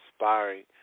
inspiring